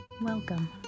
welcome